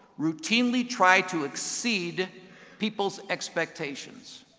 routinely try to exceed people's expectations.